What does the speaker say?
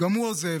גם הוא עוזב.